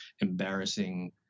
embarrassing